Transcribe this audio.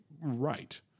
right